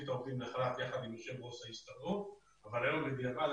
את העובדים לחל"ת יחד עם יו"ר ההסתדרות אבל בדיעבד,